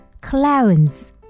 clowns